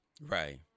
right